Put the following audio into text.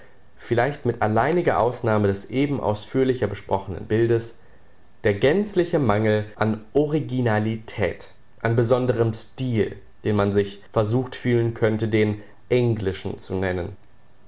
mit alleiniger ausnahme des eben ausführlicher besprochenen bildes der gänzliche mangel an originalität an besonderem stil den man sich versucht fühlen könnte den englischen zu nennen